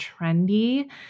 trendy